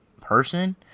person